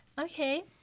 Okay